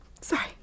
sorry